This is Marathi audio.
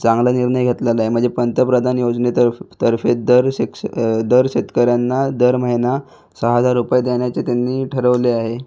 चांगला निर्णय घेतलेला आहे मजे पंतप्रधान योजनेतर्फ तर्फे दर शिक्ष दर शेतकऱ्यांना दर महिना सहा हजार रुपय देण्याचे त्यांनी ठरवले आहे